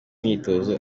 myitozo